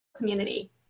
community